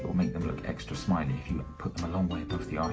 make them look extra smiley if you put them a long way above the um